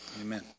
Amen